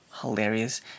hilarious